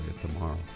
tomorrow